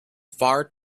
far